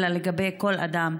אלא לגבי כל אדם,